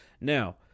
Now